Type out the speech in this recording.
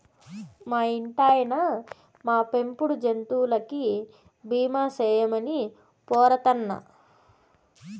మా ఇంటాయినా, మా పెంపుడు జంతువులకి బీమా సేయమని పోరతన్నా